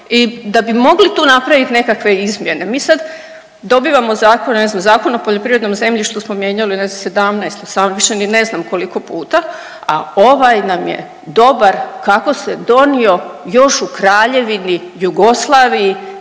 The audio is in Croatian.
I da bi mogli tu napravit nekakve izmjene mi sad dobivamo zakon, ne znam Zakon o poljoprivrednom zemljištu smo mijenjali ne znam 17, 18, više ni ne znam koliko puta, a ovaj nam je dobar kako se donio još u Kraljevini Jugoslaviji